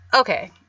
Okay